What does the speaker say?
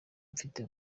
mfite